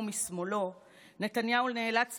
מבחינתו אין מחיר לחופש,